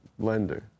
blender